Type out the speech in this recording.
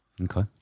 Okay